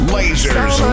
Lasers